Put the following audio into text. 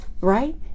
Right